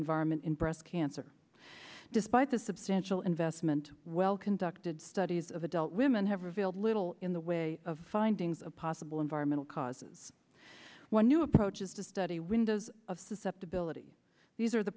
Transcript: environment in breast cancer despite the substantial investment well conducted studies of adult women have revealed little in the way of finding possible environmental causes one new approaches to study windows of susceptibility these are the